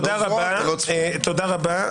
תודה רבה.